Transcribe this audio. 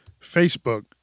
Facebook